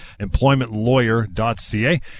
employmentlawyer.ca